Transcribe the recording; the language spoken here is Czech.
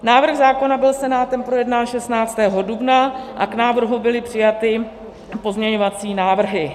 Návrh zákona byl Senátem projednán 16. dubna a k návrhu byly přijaty pozměňovací návrhy.